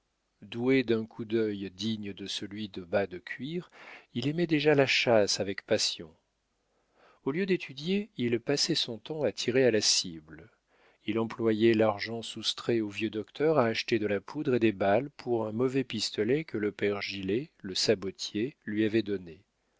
doué d'un coup d'œil digne de celui de bas de cuir il aimait déjà la chasse avec passion au lieu d'étudier il passait son temps à tirer à la cible il employait l'argent soustrait au vieux docteur à acheter de la poudre et des balles pour un mauvais pistolet que le père gilet le sabotier lui avait donné